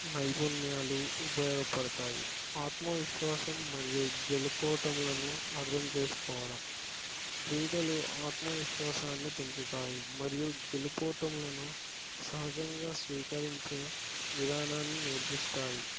నైపుణ్యాలు ఉపయోగపడతాయి ఆత్మవిశ్వాసం మరియు గెలుపోటంలను అర్థం చేసుకోవడం క్రీడలు ఆత్మవిశ్వాసాన్ని పెంచుతాయి మరియు గెలుపోటమును సహజంగా స్వీకరించే విధానాన్ని నేర్పిస్తాయి